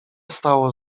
stało